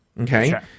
Okay